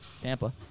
Tampa